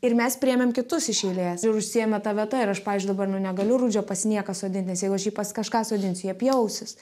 ir mes priėmėm kitus iš eilės ir užsiėmė ta vieta ir aš pavyzdžiui dabar nu negaliu rudžio pas nieką sodint nes jeigu aš jį pas kažką sodinsiu jie pjausis